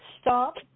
Stop